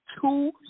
Two